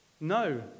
No